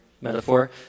metaphor